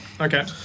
Okay